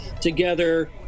together